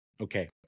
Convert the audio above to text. Okay